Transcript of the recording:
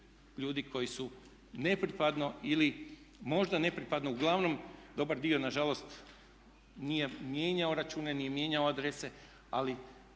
ljudi koji su nepripadno ili možda nepripadno, uglavnom dobar dio nažalost nije mijenjao račune, nije mijenjao adrese ali